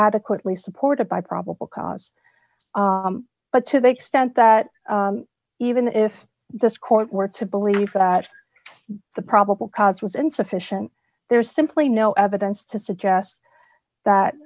adequately supported by probable cause but to the extent that even if this court were to believe that the probable cause was insufficient there's simply no evidence to suggest that